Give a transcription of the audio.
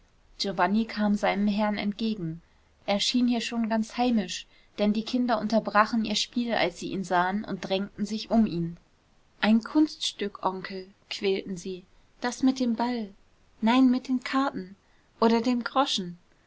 giovanni kam seinem herrn entgegen er schien hier schon ganz heimisch denn die kinder unterbrachen ihr spiel als sie ihn sahen und drängten sich um ihn ein kunststück onkel quälten sie das mit dem ball nein mit den karten oder dem groschen